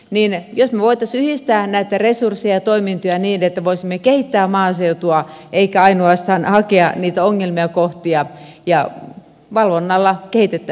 jos me voisimme yhdistää näitä resursseja ja toimintoja niin että voisimme kehittää maaseutua emmekä ainoastaan hakea niitä ongelmakohtia ja valvonnalla kehitettäisiin kuviota